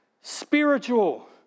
spiritual